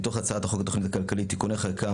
מתוך הצעת חוק התוכנית הכלכלית (תיקוני חקיקה